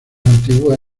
antigua